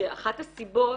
שאחת הסיבות